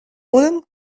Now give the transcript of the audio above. ulm